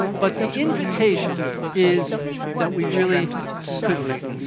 but the invitation is that we really could be.